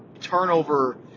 turnover –